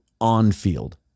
on-field